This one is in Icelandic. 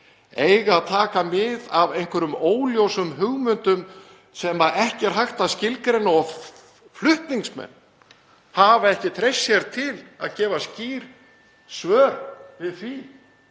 eiga að taka mið af einhverjum óljósum hugmyndum sem ekki er hægt að skilgreina og flutningsmenn hafa ekki treyst sér til að (Forseti hringir.)